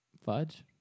Fudge